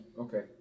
Okay